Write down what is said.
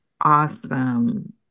awesome